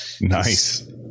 nice